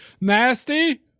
Nasty